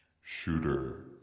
Shooter